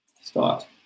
Start